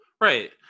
Right